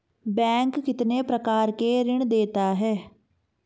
Bank कितने प्रकार के ऋण देता है?